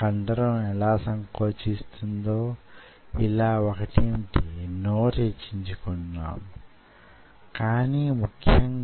cantilever యొక్క మందం అది యెంత వరకు వంపు తిరుగ గలదో చూపుతుంది